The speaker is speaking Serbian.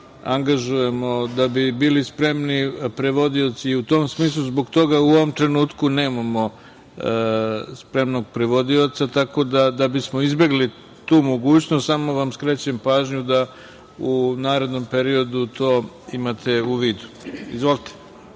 da bi bili spremni prevodioci.U tom smislu, zbog toga u ovom trenutku nemamo spremnog prevodioca. Tako da bismo izbegli tu mogućnost, samo vam skrećem pažnju da u narednom periodu to imate u vidu. Izvolite.